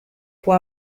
può